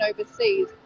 overseas